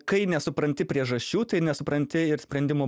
kai nesupranti priežasčių tai nesupranti ir sprendimo